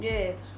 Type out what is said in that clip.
Yes